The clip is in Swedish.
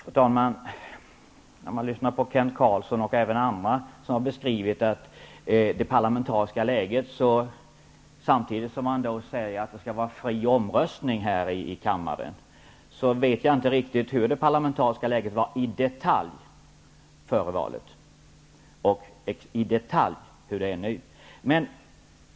Fru talman! Jag har lyssnat på Kent Carlsson och även andra som har talat om det parlamentariska läget samtidigt som de har sagt att det skall vara fri omröstning här i kammaren. Jag vet inte i detalj hur det parlamentariska läget var före valet och hur det är nu.